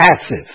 passive